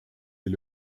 est